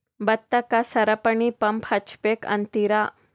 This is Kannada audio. ಭತ್ತಕ್ಕ ಸರಪಣಿ ಪಂಪ್ ಹಚ್ಚಬೇಕ್ ಅಂತಿರಾ?